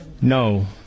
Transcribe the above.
No